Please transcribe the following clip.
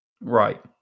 right